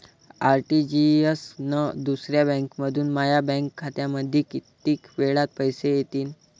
RTGS न दुसऱ्या बँकेमंधून माया बँक खात्यामंधी कितीक वेळातं पैसे येतीनं?